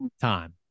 time